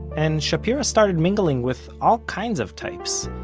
and shapira started mingling with all kinds of types.